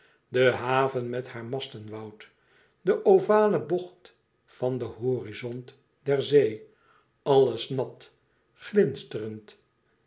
de haven met zijn mastenwoud de ovale bocht van den horizont der zee alles nat